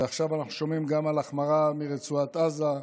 ועכשיו אנחנו שומעים גם על החמרה מרצועת עזה,